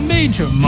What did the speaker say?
Major